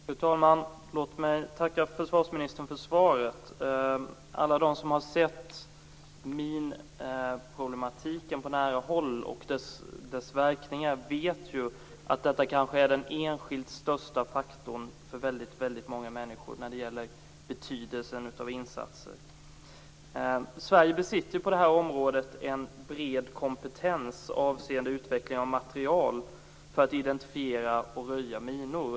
Fru talman! Låt mig tacka försvarsministern för svaret. Alla som har sett minproblematiken och dess verkningar på nära håll vet ju att detta kanske är den största enskilda faktorn för väldigt många människor när det gäller betydelsen av insatser. Sverige besitter en bred kompetens på det här området med avseende på utveckling av materiel för att identifiera och röja minor.